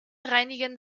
reinigen